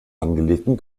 angelegten